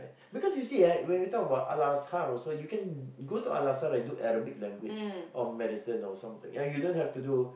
because you see eh when we talk about Al-Azhar also you can go to Al-Azhar to do Arabic language or Medicine or something uh you don't have to do